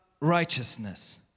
righteousness